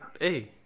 hey